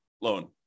loan